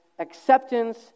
acceptance